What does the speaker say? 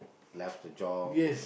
left the job